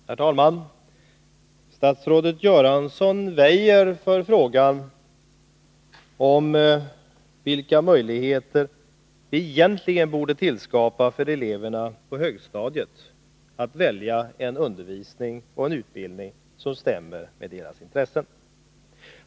Herr talman! Statsrådet Göransson väjer för frågan vilka möjligheter vi egentligen borde tillskapa för eleverna på högstadiet att välja en undervisning och en utbildning som stämmer med deras intressen.